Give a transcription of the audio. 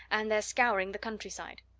and they're scouring the countryside.